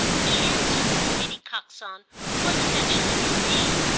he answered that lady coxon was affectionate indeed,